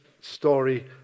story